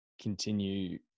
continue